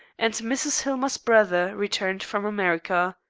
and mrs. hillmer's brother returned from america.